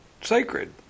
sacred